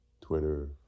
Twitter